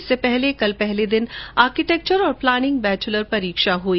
इससे पहले कल पहले दिन आर्किट्रेक्चर और प्लानिंग बैचलर परीक्षा हुई